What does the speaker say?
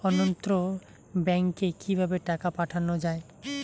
অন্যত্র ব্যংকে কিভাবে টাকা পাঠানো য়ায়?